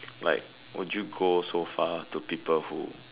like would you go so far to people who